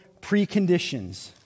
preconditions